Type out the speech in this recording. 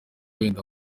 wenda